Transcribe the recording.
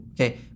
okay